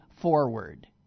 forward